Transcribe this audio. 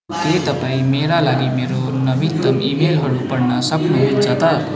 के तपाईँ मेरा लागी मेरो नवीनतम इमेलहरू पढ्न सक्नुहुन्छ त